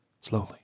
Slowly